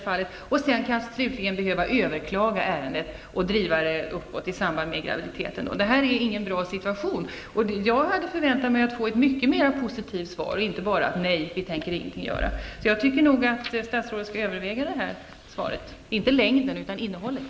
Slutligen måste de kanske överklaga ärendet och driva det vidare, och det i samband med graviditeten. Det här är ingen bra situation. Jag hade förväntat mig ett mycket mer positivt svar än bara: Nej, vi tänker ingenting göra. Jag tycker nog att statsrådet skall överväga svaret. Inte längden, utan innehållet.